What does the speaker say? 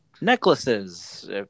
necklaces